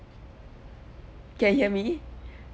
can hear me